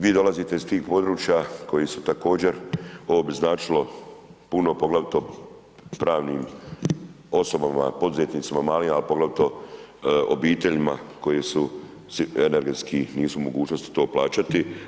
Vi dolazite iz tih područja koji su također, ovo bi značilo puno poglavito pravnim osobama, poduzetnicima malim, a poglavito obiteljima koji su, energetski nisu u mogućnosti to plaćati.